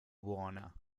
buona